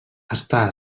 està